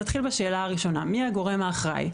נתחיל בשאלה הראשונה - מי הגורם האחראי.